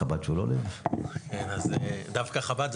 חב"ד זה